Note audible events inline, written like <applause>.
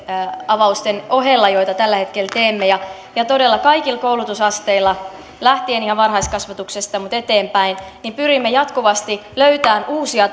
avausten ohella joita tällä hetkellä teemme todella kaikilla koulutusasteilla lähtien ihan varhaiskasvatuksesta eteenpäin pyrimme jatkuvasti löytämään uusia <unintelligible>